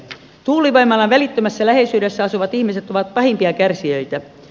tuulivoimalan välittömässä läheisyydessä asuvat ihmiset ovat pahimpia kärsijöitä